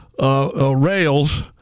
Rails